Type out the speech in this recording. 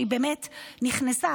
שהיא באמת נכנסה,